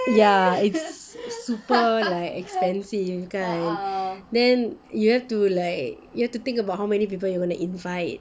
ya it's super like expensive kan then you have to like you have to think about how many people you wanna invite